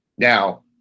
Now